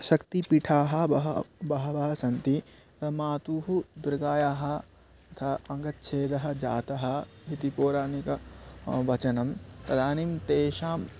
शक्तिपीठाः बह बहवः सन्ति मातुः दुर्गायाः अथा अङ्गच्छेदः जातः इति पौराणिकं वचनं तदानीं तेषाम्